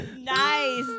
Nice